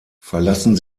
verlassen